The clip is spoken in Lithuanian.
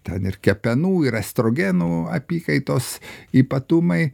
ten ir kepenų ir estrogenų apykaitos ypatumai